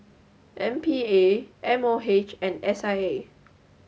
M P A M O H and S I A